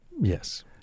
Yes